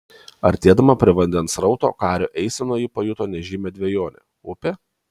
artėdama prie vandens srauto kario eisenoje ji pajuto nežymią dvejonę upė